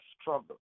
struggle